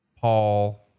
Paul